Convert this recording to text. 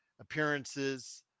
appearances